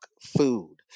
food